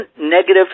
negative